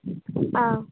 ஆ